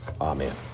Amen